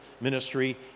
ministry